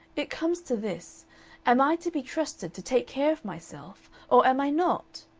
it comes to this am i to be trusted to take care of myself, or am i not?